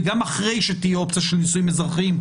וגם אחרי שתהיה אופציה של נישואים אזרחיים,